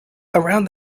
around